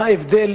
מה ההבדל